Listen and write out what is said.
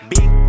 Big